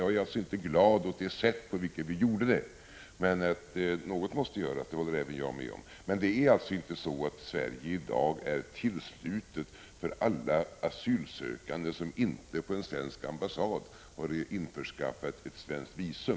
Jag är inte glad åt det sätt på vilket vi gjorde det, men att något måste göras håller även jag med om. Det är alltså inte så att Sverige i dag är tillslutet för alla asylsökande som inte på en svensk ambassad har införskaffat ett svenskt visum.